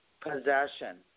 Possession